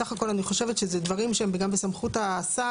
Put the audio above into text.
סך הכל אני חושבת שזה דברים שהם גם בסמכות השר,